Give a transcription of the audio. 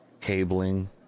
cabling